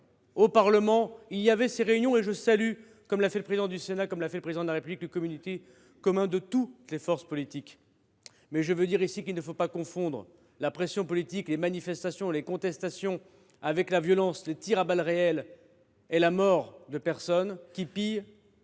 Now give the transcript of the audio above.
au Parlement, des réunions se tenaient et je salue, comme l’ont fait le président du Sénat et le Président de la République, le communiqué commun de toutes les forces politiques. Reste qu’il ne faut pas confondre la pression politique, les manifestations et les contestations avec la violence, les tirs à balles réelles et les personnes qui pillent,